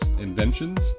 inventions